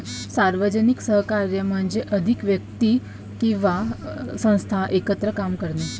सार्वजनिक सहकार्य म्हणजे अधिक व्यक्ती किंवा संस्था एकत्र काम करणे